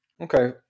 Okay